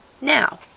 Now